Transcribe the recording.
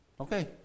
okay